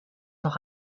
doch